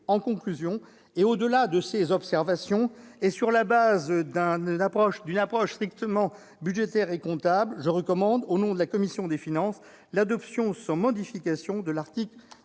En conclusion, au-delà des observations formulées et sur la base d'une approche strictement budgétaire et comptable, je recommande, au nom de la commission des finances, l'adoption sans modification de l'article